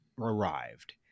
arrived